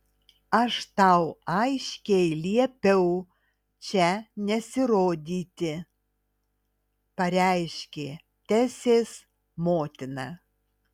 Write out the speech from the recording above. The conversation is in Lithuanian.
aš tau aiškiai liepiau čia nesirodyti pareiškė tesės motina